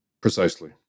Precisely